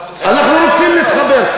אנחנו רוצים, אנחנו רוצים להתחבר.